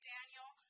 Daniel